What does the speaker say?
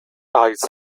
eyes